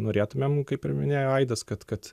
norėtumėm kaip ir minėjo aidas kad kad